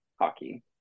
hockey